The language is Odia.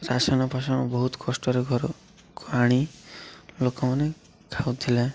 ରାସନ ଫସନ ବହୁତ କଷ୍ଟରେ ଘରକୁ ଆଣି ଲୋକମାନେ ଖାଉଥିଲେ